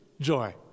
joy